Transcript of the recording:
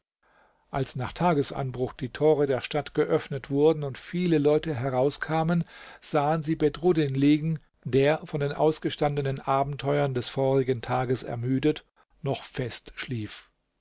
als nach tagesanbruch die tore der stadt geöffnet wurden und viele leute herauskamen sahen sie bedruddin liegen der von den ausgestandenen abenteuern des vorigen tages ermüdet noch fest schlief